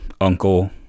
uncle